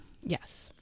Yes